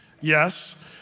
Yes